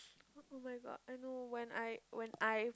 oh-my-god I know when I when I